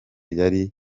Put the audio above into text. yari